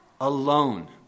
alone